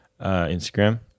Instagram